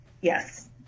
Yes